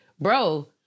bro